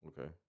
Okay